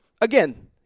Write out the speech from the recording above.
again